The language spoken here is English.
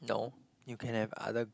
no you can have other